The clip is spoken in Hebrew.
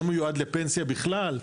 לא מיועד לפנסיה בכלל,